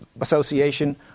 association